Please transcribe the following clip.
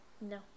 no